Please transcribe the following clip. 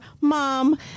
mom